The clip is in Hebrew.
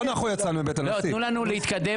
הפטיש פה נשבר, אז תקלו עליי, ותכבדו אחד את השני.